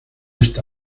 esta